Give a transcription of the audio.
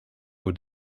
for